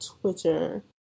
Twitter